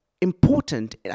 important